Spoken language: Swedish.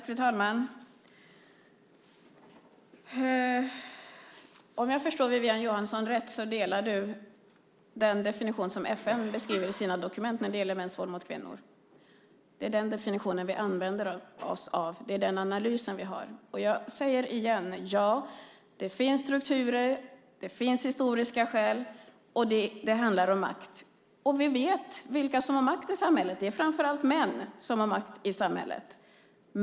Fru talman! Om jag förstår Wiwi-Anne Johansson rätt delar hon den definition som FN beskriver i sina dokument när det gäller mäns våld mot kvinnor. Det är den definitionen vi använder oss av. Det är den analys som vi har. Jag säger det igen: Ja, det finns strukturer. Det finns historiska skäl. Det handlar om makt, och vi vet vilka som har makt i samhället. Det är framför allt män som har makt i samhället.